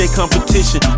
competition